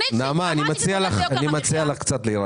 אני לא בעד לשלם כסף שלא מגיע לאנשים,